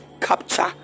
capture